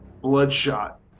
bloodshot